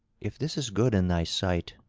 if this is good in thy sight,